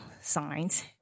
signs